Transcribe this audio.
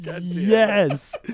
yes